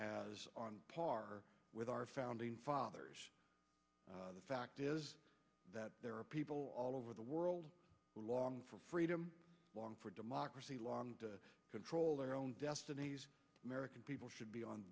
on par with our founding fathers the fact that there are people all over the world long for freedom long for democracy long to control their own destinies american people should be on